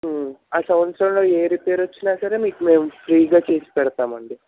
ఆ సంవత్సరంలో ఏ రిపేర్ వచ్చినా సరే మీకు మేము ఫ్రీగా చేసిపెడతాము అండి